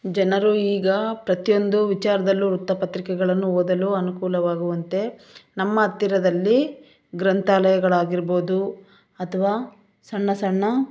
ಜನರು ಈಗ ಪ್ರತಿಯೊಂದು ವಿಚಾರದಲ್ಲೂ ವೃತ್ತಪತ್ರಿಕೆಗಳನ್ನು ಓದಲು ಅನುಕೂಲವಾಗುವಂತೆ ನಮ್ಮ ಹತ್ತಿರದಲ್ಲಿ ಗ್ರಂಥಾಲಯಗಳಾಗಿರ್ಬೋದು ಅಥವಾ ಸಣ್ಣ ಸಣ್ಣ